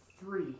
three